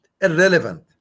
irrelevant